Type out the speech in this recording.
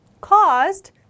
caused